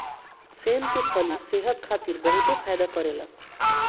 सेम के फली सेहत खातिर बहुते फायदा करेला